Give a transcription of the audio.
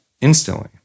instantly